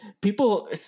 people